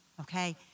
Okay